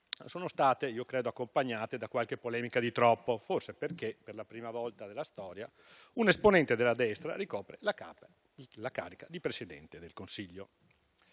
siano state accompagnate da qualche polemica di troppo, forse perché per la prima volta nella storia un esponente della destra ricopre la carica di Presidente del Consiglio.